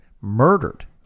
murdered